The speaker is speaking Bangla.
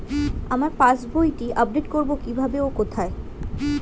আমার পাস বইটি আপ্ডেট কোরবো কীভাবে ও কোথায়?